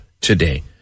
today